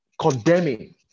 condemning